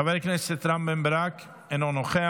חבר הכנסת רם בן ברק, אינו נוכח,